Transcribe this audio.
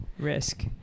risk